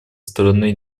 стороны